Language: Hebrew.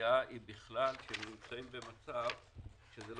הסוגיה היא בכלל שהם נמצאים במצב שלא